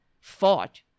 fought